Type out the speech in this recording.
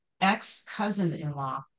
ex-cousin-in-law